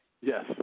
Yes